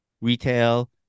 retail